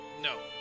no